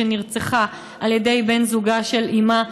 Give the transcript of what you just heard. שנרצחה על ידי בן זוגה של אימה,